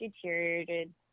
deteriorated